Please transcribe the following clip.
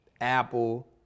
Apple